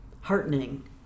heartening